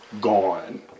gone